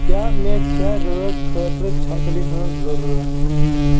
کیاہ مے چھا رٲژ خٲطرٕ چٔھترِ ہٕنز ضرورت ؟